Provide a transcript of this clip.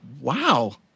wow